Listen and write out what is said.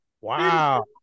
Wow